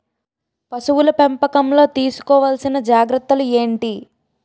పశువుల పెంపకంలో తీసుకోవల్సిన జాగ్రత్తలు ఏంటి?